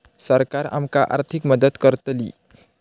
सरकार आमका आर्थिक मदत करतली?